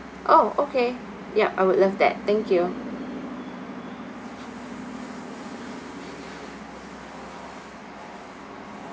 oh okay yup I would love that thank you